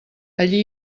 allí